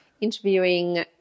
interviewing